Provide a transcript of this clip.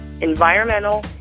environmental